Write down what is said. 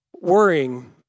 worrying